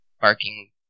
barking